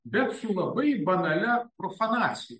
bet labai banalia profanacija